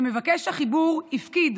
שמבקש החיבור הפקיד